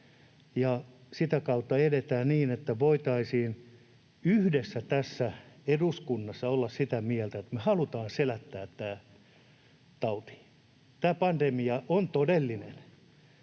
sitä kautta edetään niin, että voitaisiin yhdessä tässä eduskunnassa olla sitä mieltä, että me halutaan selättää tämä tauti. Tämä pandemia on todellinen.